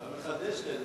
אתה מחדש לי.